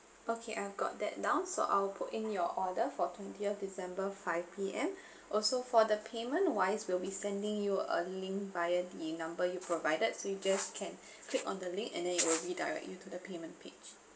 okay I've got that down so I'll put in your order for twentieth december five P_M also for the payment wise we'll be sending you a link via the number you provided so you just can click on the link and then it will be direct you to the payment page